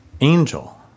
Angel